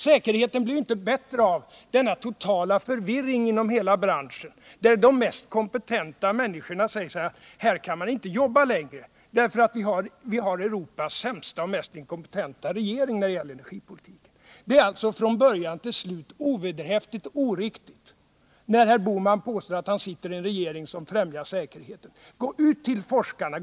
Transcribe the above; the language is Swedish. Säkerheten blir inte bättre av denna totala förvirring inom hela branschen, där de mest kompetenta människorna säger att de inte längre kan jobba här, därför att vi har Europas sämsta och mest inkompetenta regering när det gäller energipolitiken. Det är alltså från början till slut ovederhäftigt och oriktigt när herr Bohman påstår att han sitter i en regering som främjar säkerheten. Gå ut till forskarna.